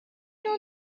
know